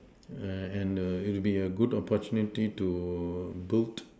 and it will be a good opportunity to book